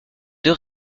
deux